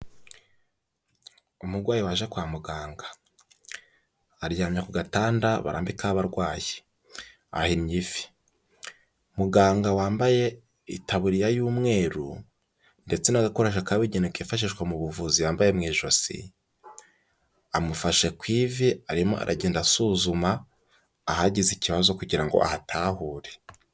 Umurwayi waje kwa muganga, aryamye ku gatanda barambikaho abarwayi ahinnye ivi, muganga wambaye itaburiya y'umweru ndetse n'agakoresho kabugenewe kifashishwa mu buvuzi yambaye mu ijosi, amufashe ku ivi arimo aragenda asuzuma ahagize ikibazo kugira ngo ahatahure.